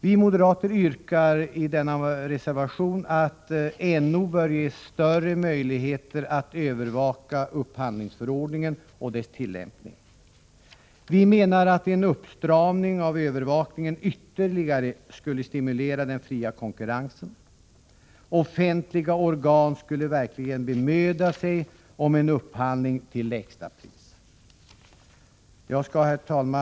Vi moderater yrkar i denna reservation att NO ges större möjligheter att övervaka upphandlingsförordningen och dess tillämpning. Vi menar att en uppstramning av övervakningen ytterligare skulle stimulera den fria konkurrensen. Offentliga organ skulle verkligen bemöda sig om en upphandling till lägsta pris. Herr talman!